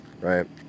right